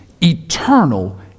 eternal